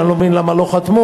שאני לא מבין למה לא חתמו.